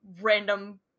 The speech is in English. random